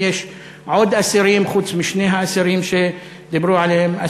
אם יש עוד אסירים חוץ משני האסירים שדיברו עליהם,